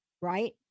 right